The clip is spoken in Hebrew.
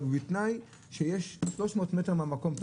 אבל בתנאי שיש 300 מטר מהמקום של